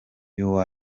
you